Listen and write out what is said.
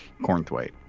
Cornthwaite